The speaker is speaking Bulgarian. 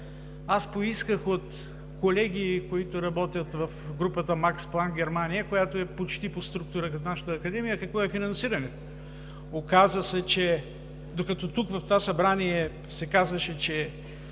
аз поисках от колеги, които работят в групата „Макс План“ – Германия, която е почти по структура като нашата академия, какво е финансирането. Оказа се, че докато тук в това събрание се казваше, че